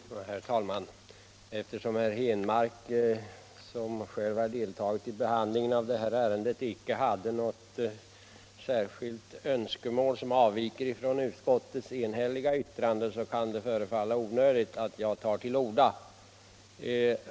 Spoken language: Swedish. Herr talman! Eftersom herr Henmark, som själv har deltagit i behandlingen av det här ärendet, icke hade något särskilt önskemål som avviker från utskottets enhälliga betänkande, kan det förefalla onödigt att jag tar till orda.